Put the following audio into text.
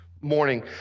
morning